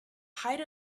height